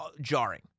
jarring